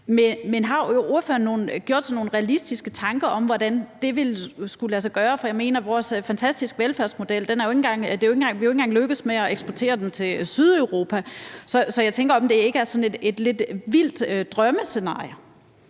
Men har ordføreren gjort sig nogen realistiske tanker om, hvordan det skulle kunne lade sig gøre, for jeg mener: Vores fantastiske velfærdsmodel er vi jo ikke engang lykkedes med at eksportere til Sydeuropa. Så jeg tænker, om det ikke er sådan et lidt vildt drømmescenarie?